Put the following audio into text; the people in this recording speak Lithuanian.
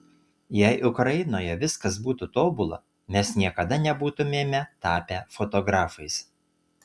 jei ukrainoje viskas būtų tobula mes niekada nebūtumėme tapę fotografais